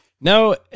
No